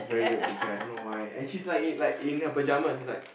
very weird picture I don't know why and she's like in like in her pyjamas she's like